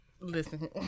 listen